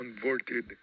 converted